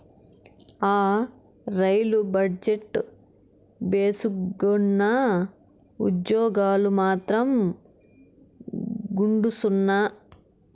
ఆ, రైలు బజెట్టు భేసుగ్గున్నా, ఉజ్జోగాలు మాత్రం గుండుసున్నా